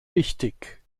wichtig